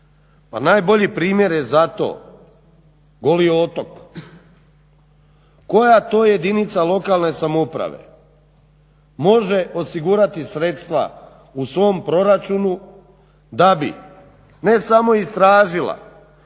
najbolji primjer je za to Goli otok, koja to jedinica lokalne samouprave može osigurati sredstva u svom proračunu da bi ne samo istražila